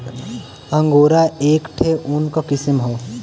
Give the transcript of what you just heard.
angora एक ठे ऊन क किसम हौ